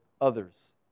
others